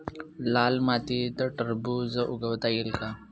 लाल मातीत टरबूज उगवता येईल का?